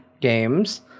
games